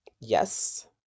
Yes